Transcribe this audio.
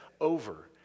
over